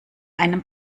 einem